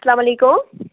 اسلام علیکُم